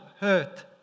hurt